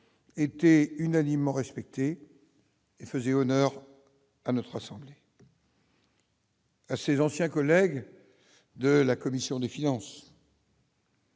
été unanimement respecté et faisait honneur à notre assemblée. à ses anciens collègues de la commission des finances.